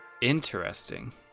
Interesting